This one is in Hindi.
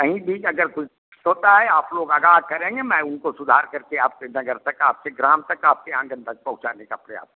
कहीं भी अगर कुछ होता है आप लोग आगाह करेंगे मैं उनको सुधार करके आपके घर तक आपके ग्राम तक आपके आंगन तक पहुँचाने का प्रयास क